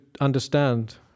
understand